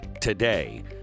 today